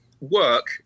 work